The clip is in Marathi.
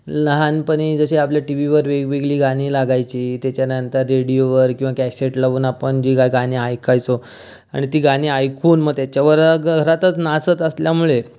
लहानपणी जसे आपले टीवीवर वेगवेगळी गाणी लागायची त्याच्यानंतर रेडिओवर किंवा कॅसेट लावून आपण जे काही गाणी ऐकायचो आणि ती गाणी ऐकून मग त्याच्यावर घरातच नाचत असल्यामुळे